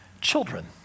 Children